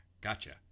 gotcha